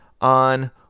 on